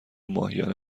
ماهیانه